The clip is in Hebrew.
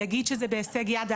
יגיד שזה בהישג יד,